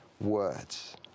words